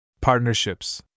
Partnerships